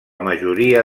majoria